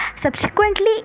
subsequently